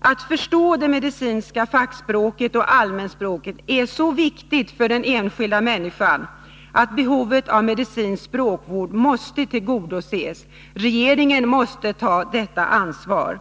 Att förstå det medicinska fackspråket och allmänspråket är så viktigt för den enskilda människan att behovet av medicinsk språkvård måste tillgodoses. Regeringen måste ta detta ansvar.